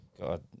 God